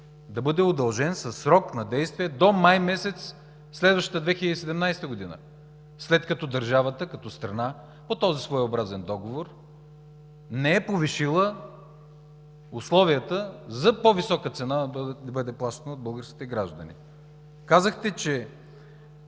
да бъде удължен със срок на действие до май месец следваща 2017 г., след като държавата като страна по този своеобразен договор не е повишила условията – по висока цена да бъде плащана от българските граждани. Казахте с